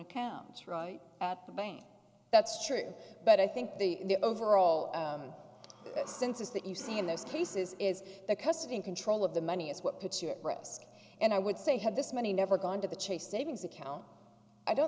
accounts right at the brain that's true but i think the overall sense is that you see in those cases is the custody and control of the money is what puts you at risk and i would say had this money never gone to the chase savings account i don't